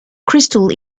crystal